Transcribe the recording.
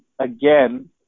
again